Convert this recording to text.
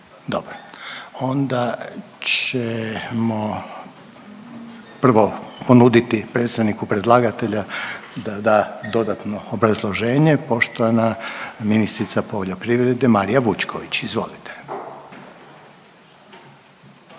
Dobro, onda ćemo prvo ponuditi predstavniku predlagatelja da da dodatno obrazloženje. Poštovana ministrica poljoprivrede Marija Vučković, izvolite.